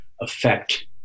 affect